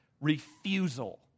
refusal